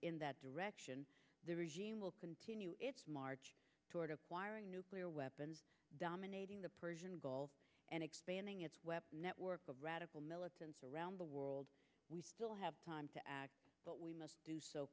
in that direction will continue its march toward acquiring nuclear weapons dominating the persian gulf and expanding its network of radical militants around the world we still have time to act but we must